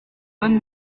bonne